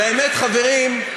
האמת, חברים,